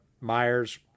Myers